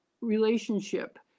relationship